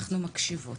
אנחנו מקשיבות.